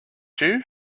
you